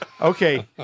Okay